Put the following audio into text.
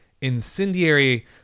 incendiary